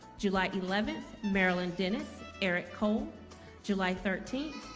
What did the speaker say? july eleventh marilyn denis eric kohl july thirteenth,